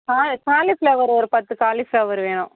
கா காளிஃப்ளவர் ஒரு பத்து காளிஃப்ளவர் வேணும்